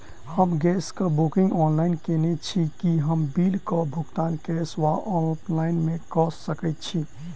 हम गैस कऽ booking online केने छी, की हम बिल कऽ भुगतान कैश वा ऑफलाइन मे कऽ सकय छी?